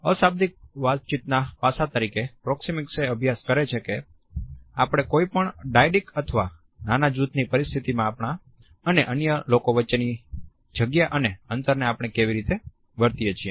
અશાબ્દિક વાતચીતના પાસા તરીકે પ્રોક્ષિમિક્સ એ અભ્યાસ કરે છે કે આપણે કોઈપણ ડાયડિક અથવા નાના જૂથની પરિસ્થિતિમાં આપણા અને અન્ય લોકો વચ્ચેની જગ્યા અને અંતરને આપણે કેવી રીતે વર્તીએ છીએ